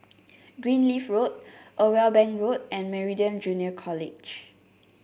Greenleaf Road Irwell Bank Road and Meridian Junior College